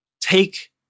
Take